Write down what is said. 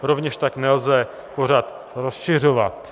Rovněž tak nelze pořad rozšiřovat.